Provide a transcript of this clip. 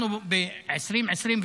אנחנו ב-2024,